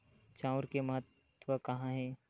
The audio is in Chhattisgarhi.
चांउर के महत्व कहां हे?